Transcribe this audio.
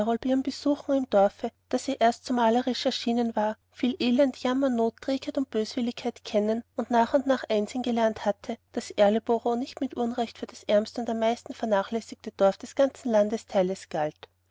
besuchen im dorfe das ihr erst so malerisch erschienen war viel elend jammer not trägheit und böswilligkeit kennen und nach und nach einsehen gelernt hatte daß erleboro nicht mit unrecht für das ärmste und am meisten vernachlässigte dorf des ganzen landesteiles galt